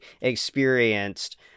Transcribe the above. experienced